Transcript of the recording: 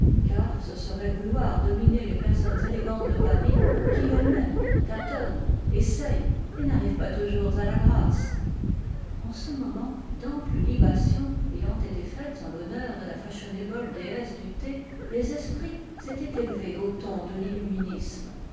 car ce serait vouloir dominer les personnes élégantes de paris qui elles-mêmes tâtonnent essayent et n'arrivent pas toujours à la grâce en ce moment d'amples libations ayant été faites en l'honneur de la fashionable déesse du thé les esprits s'étaient élevés au ton de l'illuminisme